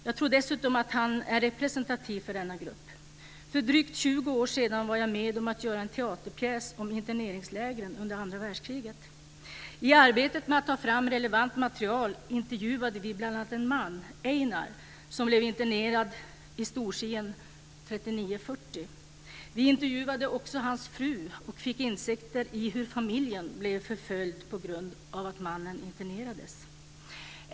Jag tror dessutom att han är representativ för denna grupp. För drygt 20 år sedan var jag med om att göra en teaterpjäs om interneringslägren under andra världskriget. I arbetet med att ta fram relevant material intervjuade vi bl.a. en man, Einar, som blev internerad i Storsien 1939-1940. Vi intervjuade också hans fru och fick insikter i hur familjen blev förföljd av att mannen internerades.